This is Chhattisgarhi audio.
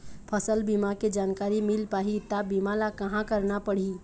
फसल बीमा के जानकारी मिल पाही ता बीमा ला कहां करना पढ़ी?